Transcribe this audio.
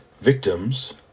victims